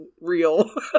real